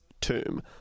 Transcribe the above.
tomb